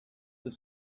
have